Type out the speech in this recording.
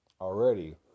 already